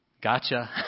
Gotcha